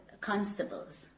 constables